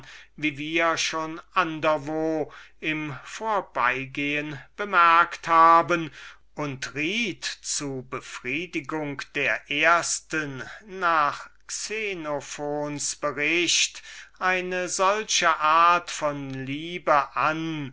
wie wir im vierten kapitel schon im vorbeigehen bemerkt haben und riet zu befriedigung der ersten nach xenophons bericht eine solche art von liebe das